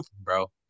bro